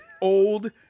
old